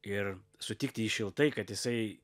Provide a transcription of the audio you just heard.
ir sutikti jį šiltai kad jisai